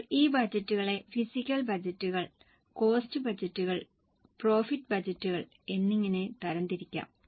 ഇപ്പോൾ ഈ ബജറ്റുകളെ ഫിസിക്കൽ ബജറ്റുകൾ കോസ്ററ് ബജറ്റുകൾ പ്രോഫിറ്റ് ബജറ്റുകൾ എന്നിങ്ങനെ തരംതിരിക്കാം